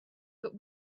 but